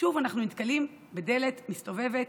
ושוב אנחנו נתקלים בדלת מסתובבת.